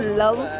love